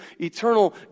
eternal